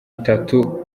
itatu